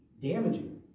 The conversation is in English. damaging